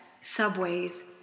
subways